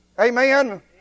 Amen